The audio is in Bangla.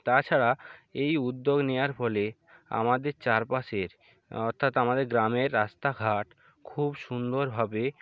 তাছাড়া এই উদ্যোগ নেওয়ার ফলে আমাদের চারপাশের অর্থাৎ আমাদের গ্রামের রাস্তাঘাট খুব সুন্দরভাবে